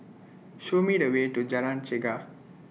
Show Me The Way to Jalan Chegar